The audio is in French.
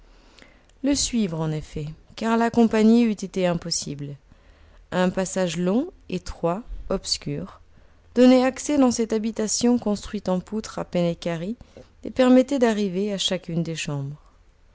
le suivre en effet car l'accompagner eût été impossible un passage long étroit obscur donnait accès dans cette habitation construite en poutres à peine équarries et permettait d'arriver à chacune des chambres